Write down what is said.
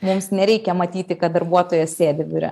mums nereikia matyti kad darbuotojas sėdi biure